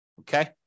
Okay